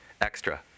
extra